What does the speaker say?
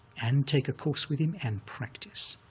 and take a course with him, and practice.